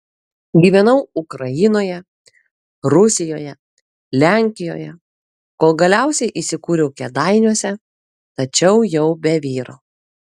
gyvenau ukrainoje rusijoje lenkijoje kol galiausiai įsikūriau kėdainiuose tačiau jau be vyro